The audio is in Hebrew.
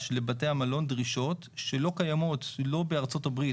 לבתי המלון דרישות שלא קיימות לא בארצות הברית,